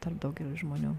tarp daugelio žmonių